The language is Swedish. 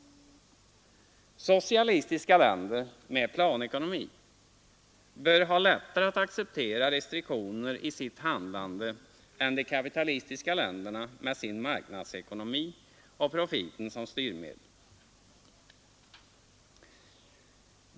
Socialistiska länder med planekonomi bör ha lättare att acceptera restriktioner i sitt handlande än de kapitalistiska länderna med sin marknadsekonomi och profiten som styrmedel.